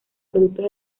productos